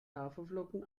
haferflocken